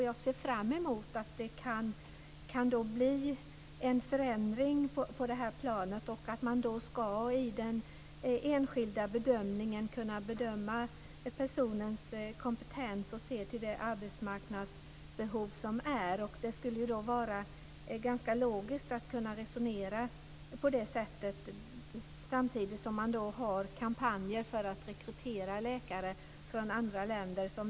Jag ser framemot att det kan bli en förändring på detta plan och att man i den enskilda bedömningen ska kunna bedöma personens kompetens och se till det arbetsmarknadsbehov som finns. Det skulle vara ganska logiskt att resonera på det sättet, men samtidigt har man kampanjer för att rekrytera läkare från andra länder.